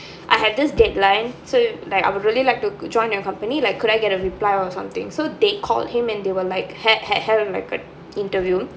I have this deadline so like I will really like to join your company like could I get a reply or something so they called him and they were like had had had like an interview